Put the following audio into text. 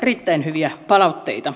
erittäin hyviä palautteita